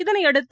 இதனையடுத்து